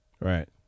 Right